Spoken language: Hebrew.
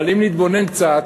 אבל אם נתבונן קצת